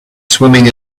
swimming